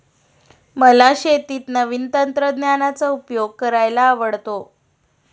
मला शेतीत नवीन तंत्रज्ञानाचा उपयोग करायला आवडतो